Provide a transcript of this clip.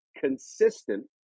consistent